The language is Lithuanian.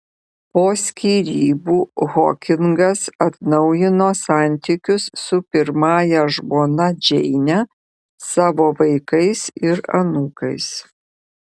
po skyrybų hokingas atnaujino santykius su pirmąja žmona džeine savo vaikais ir anūkais